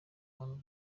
abantu